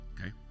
Okay